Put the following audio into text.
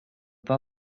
pas